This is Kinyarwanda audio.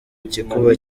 gikuba